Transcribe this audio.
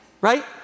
Right